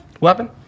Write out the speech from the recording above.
Weapon